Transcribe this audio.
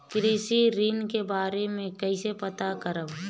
कृषि ऋण के बारे मे कइसे पता करब?